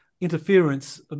interference